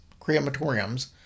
crematoriums